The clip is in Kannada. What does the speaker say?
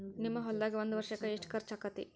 ನಿಮ್ಮ ಹೊಲ್ದಾಗ ಒಂದ್ ವರ್ಷಕ್ಕ ಎಷ್ಟ ಖರ್ಚ್ ಆಕ್ಕೆತಿ?